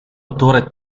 attore